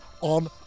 on